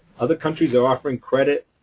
other countries are offering credit,